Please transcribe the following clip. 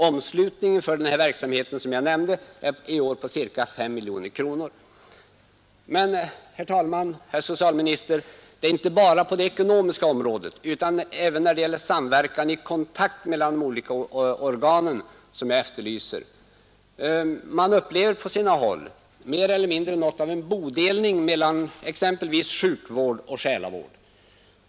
Omslutningen för den verksamhet som jag här nämnt är i år ca 5 miljoner kronor. Men, herr socialminister, det är inte bara stöd på det ekonomiska området utan även samverkan i kontakt mellan de olika organen som jag efterlyser. Man upplever på sina håll mer eller mindre något av en bodelning mellan exempelvis sjukvård och själavård.